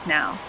now